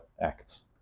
acts